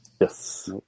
Yes